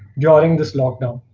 drawing this lockdown